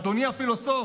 הוא אמר: "אדוני הפילוסוף,